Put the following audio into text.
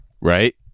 right